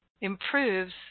improves